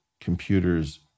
computers